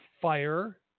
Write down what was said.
fire